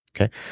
okay